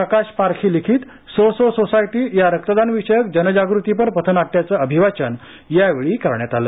प्रकाश पारखी लिखित सो सो सोसायटी या रक्तदान विषयक जनजागृतीपर पथनाट्याचं अभिवाचन यावेळी करण्यात आले